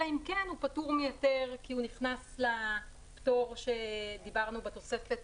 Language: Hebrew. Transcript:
אלא אם כן הוא פטור מהיתר כי הוא נכנס לפטור שדיברנו עליו בתוספת